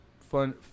Fun